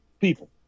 people